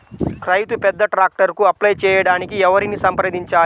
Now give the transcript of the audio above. రైతు పెద్ద ట్రాక్టర్కు అప్లై చేయడానికి ఎవరిని సంప్రదించాలి?